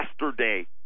yesterday